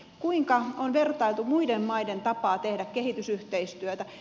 kuinka on vertailtu muiden maiden tapaa tehdä kehitysyhteistyötä